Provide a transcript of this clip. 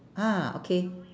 ah okay